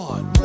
One